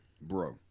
bro